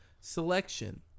selection